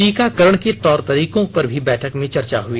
टीकाकरण के तौर तरीकों पर भी बैठक में चर्चा हुई